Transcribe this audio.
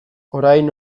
orain